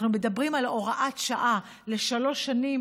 אנחנו מדברים על הוראת שעה לשלוש שנים,